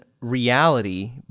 reality